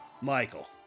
Michael